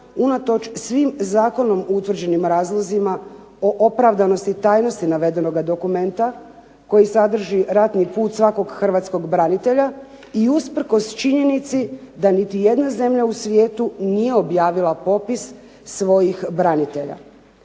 unatoč svim zakonom utvrđenim razlozima o opravdanosti i tajnosti navedenoga dokumenta koji sadrži ratni put svakog hrvatskog branitelja i usprkos činjenici da niti jedna zemlja u svijetu nije objavila popis svojih branitelja.